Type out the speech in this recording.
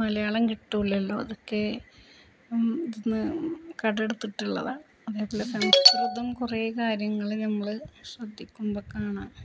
മലയാളം കിട്ടൂലല്ലോ അതൊക്കെ ഇതില്നിന്നു കടമെടുത്തിട്ടുള്ളതാണ് അതേപോലെ സംസ്കൃതം കുറേ കാര്യങ്ങള് നമ്മള് ശ്രദ്ധിക്കുമ്പോള് കാണാം